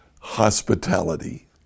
hospitality